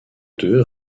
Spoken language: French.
deux